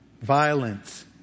violence